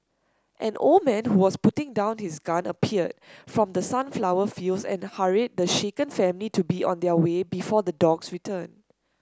an old man who was putting down his gun appeared from the sunflower fields and hurried the shaken family to be on their way before the dogs return